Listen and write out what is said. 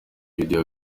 video